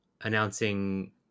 announcing